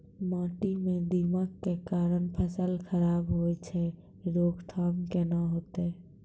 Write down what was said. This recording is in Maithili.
माटी म दीमक के कारण फसल खराब होय छै, रोकथाम केना होतै?